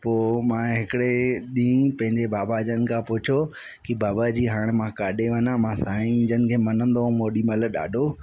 पोइ मां हिकिड़े ॾींहुं पंहिंजे बाबा जन खां पुछो की बाबा जी हाणे मां काॾे वञा मां साईं जन खे मञंदो हुउमि ओॾीमहिल ॾाढो